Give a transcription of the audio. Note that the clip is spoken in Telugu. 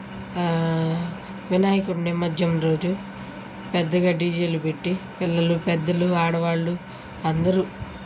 వినాయకుడి నిమజ్జం రోజు పెద్దగా డీజేలు పెట్టి పిల్లలు పెద్దలు ఆడవాళ్ళు అందరూ